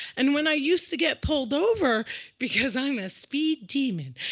and when i used to get pulled over because i'm a speed demon.